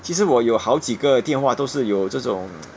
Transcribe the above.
其实我有好几个电话都是有这种